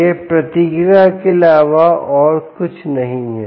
यह प्रतिक्रिया के अलावा और कुछ नहीं है